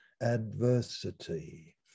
adversity